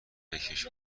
بکـش